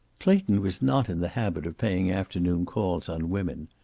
clayton was not in the habit of paying afternoon calls on women.